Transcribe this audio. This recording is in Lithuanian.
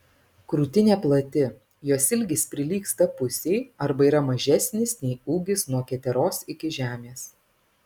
krūtinė plati jos ilgis prilygsta pusei arba yra mažesnis nei ūgis nuo keteros iki žemės